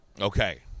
Okay